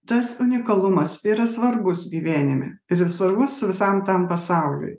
tas unikalumas yra svarbus gyvenime yra svarbus visam tam pasauliui